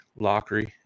lockery